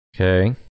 Okay